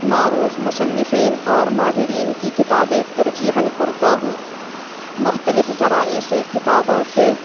معروف مصنفین اور ماہرین کی کتابیں ترجیحاً پڑھتا ہوں مختلف ذرائع سے کتابوں کے